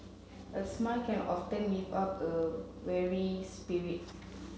a smile can often lift up a weary spirit